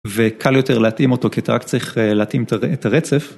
וקל יותר להתאים אותו, כי אתה רק צריך להתאים את הרצף.